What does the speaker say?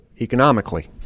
economically